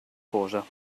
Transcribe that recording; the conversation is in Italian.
cosa